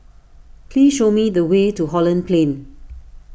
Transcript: please show me the way to Holland Plain